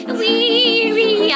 weary